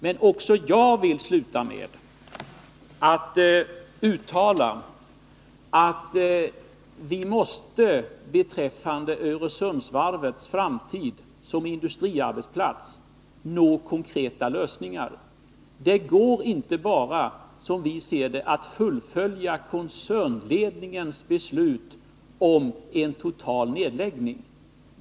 Men också jag vill sluta med att uttala att vi, beträffande Öresundsvarvets framtid som industriarbetsplats, måste nå konkreta lösningar. Det går inte bara, som vi ser det, att fullfölja koncernledningens beslut om en total nedläggning.